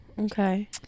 okay